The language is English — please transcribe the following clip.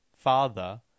father